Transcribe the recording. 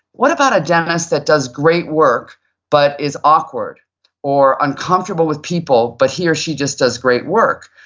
what about a dentist that does great work but is awkward or uncomfortable with people but he or she just does great work?